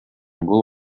бул